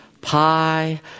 pie